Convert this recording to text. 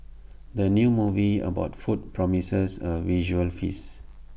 the new movie about food promises A visual feast